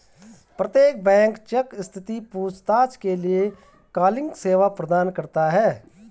प्रत्येक bank cheque स्थिति पूछताछ के लिए कॉलिंग सेवा प्रदान करता हैं